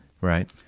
Right